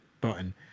button